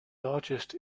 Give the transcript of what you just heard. largest